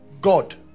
God